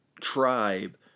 tribe